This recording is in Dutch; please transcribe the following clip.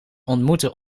ontmoeten